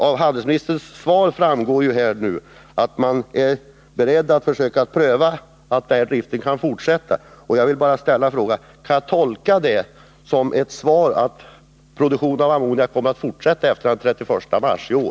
Av handelsministerns svar framgår att man är beredd att pröva om inte driften skulle kunna fortsätta. Jag vill fråga: Kan jag tolka detta så, att produktionen av ammoniak kommer att fortsätta efter den 31 mars i år?